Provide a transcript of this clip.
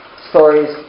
stories